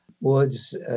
woods